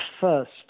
first